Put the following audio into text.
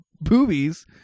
boobies